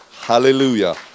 Hallelujah